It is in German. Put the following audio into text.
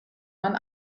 man